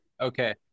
Okay